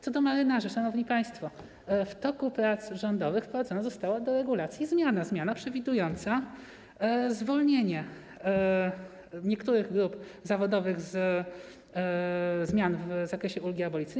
Co do marynarzy, szanowni państwo, w toku prac rządowych wprowadzona została do regulacji zmiana przewidująca zwolnienie niektórych grup zawodowych ze zmian w zakresie ulgi abolicyjnej.